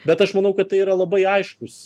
bet aš manau kad tai yra labai aiškus